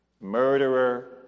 murderer